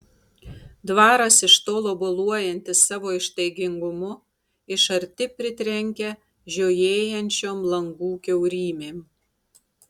dvaras iš tolo boluojantis savo ištaigingumu iš arti pritrenkia žiojėjančiom langų kiaurymėm